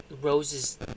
Rose's